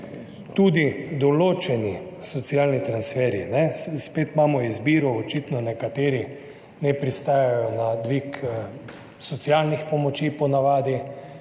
tudi določeni socialni transferji. Spet imamo izbiro, očitno nekateri ne pristajajo na dvig socialnih pomoči, po navadi,